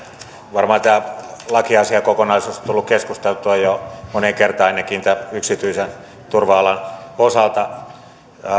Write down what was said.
varmaan tämä lakiasiakokonaisuus on tullut keskusteltua jo moneen kertaan ainakin tämän yksityisen turva alan osalta